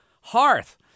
hearth